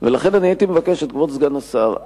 ולכן הייתי מבקש מכבוד סגן השר,